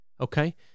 okay